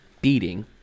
beating